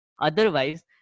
Otherwise